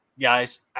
guys